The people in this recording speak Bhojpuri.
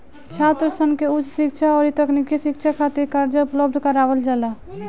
छात्रसन के उच शिक्षा अउरी तकनीकी शिक्षा खातिर कर्जा उपलब्ध करावल जाला